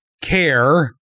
care